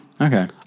Okay